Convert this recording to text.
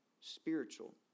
spiritual